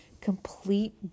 complete